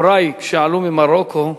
הורי, כשעלו ממרוקו,